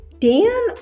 Dan